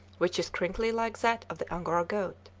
which is crinkly like that of the angora goat.